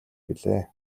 билээ